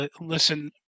Listen